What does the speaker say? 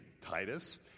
Titus